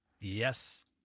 Yes